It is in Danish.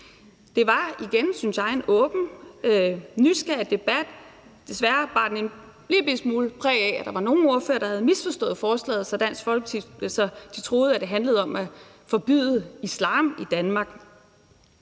Det var igen, synes jeg, en åben og nysgerrig debat. Desværre bar den en lillebitte smule præg af, at der var nogle ordførere, der havde misforstået forslaget, så de troede, det handlede om at forbyde islam i Danmark.